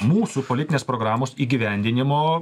mūsų politinės programos įgyvendinimo